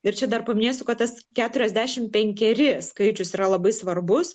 ir čia dar paminėsiu kad tas keturiasdešim penkeri skaičius yra labai svarbus